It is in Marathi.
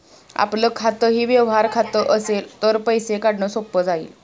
आपलं खातंही व्यवहार खातं असेल तर पैसे काढणं सोपं जाईल